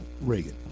Reagan